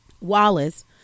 Wallace